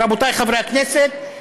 רבותיי חברי הכנסת,